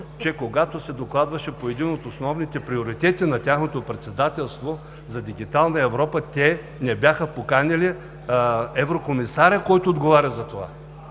че когато се докладваше по един от основните приоритети на тяхното председателство – за дигитална Европа, те не бяха поканили еврокомисаря, който отговаря за това.